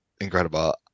incredible